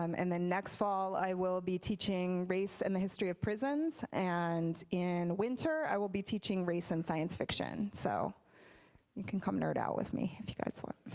um and then next fall i will be teaching race and the history of prisons. and in winter i will be teaching race and science fiction. so you can come nerd out with me if you guys want.